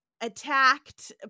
attacked